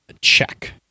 Check